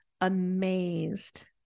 amazed